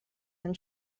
and